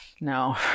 No